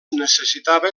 necessitava